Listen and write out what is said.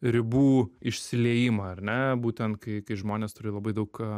ribų išsiliejimą ar ne būtent kai kai žmonės turi labai daug